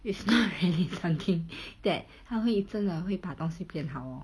it's not really something that 它会真的会把东西变好哦